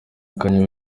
kanye